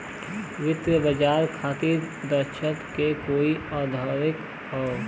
वित्तीय बाजार खातिर दक्षता क कई अवधारणा हौ